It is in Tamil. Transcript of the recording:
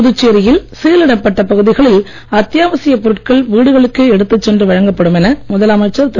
புதுச்சேரியில் சீலிடப்பட்ட பகுதிகளில் அத்தியாவசியப் பொருட்கள் வீடுகளுக்கே எடுத்துச் சென்று வழங்கப் படும் என முதலமைச்சர் திரு